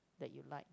that you like